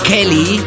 Kelly